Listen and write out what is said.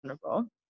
vulnerable